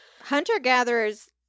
Hunter-gatherers